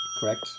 correct